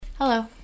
Hello